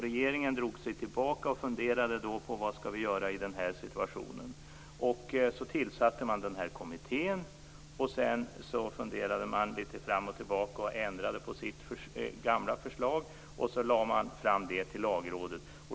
Regeringen drog sig tillbaka och funderade på vad man skulle göra i den situationen. Så tillsatte man den här kommittén, och sedan funderade man fram och tillbaka och ändrade på sitt gamla förslag och lade fram det för Lagrådet.